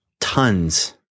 tons